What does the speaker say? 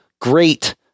great